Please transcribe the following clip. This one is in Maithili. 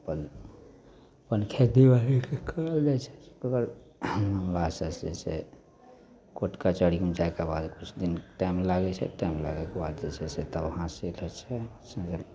तब अपन खेतीबाड़ी फेर करल जाइ छै तकर बाद जे छै से कोर्ट कचहरीमे जाएके बाद किछु दिन टाइम लागै छै टाइम लागैके बाद वहाँसे जे छै से ओकर